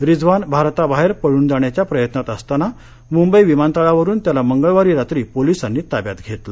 रिझवान भारताबाहेर पळून जाण्याच्या प्रयत्नात असताना मुंबई विमानतळावरून त्याला मंगळवारी रात्री पोलीसांनी ताब्यात घेतलं